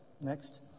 Next